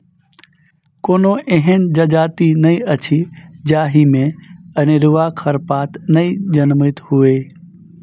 कोनो एहन जजाति नै अछि जाहि मे अनेरूआ खरपात नै जनमैत हुए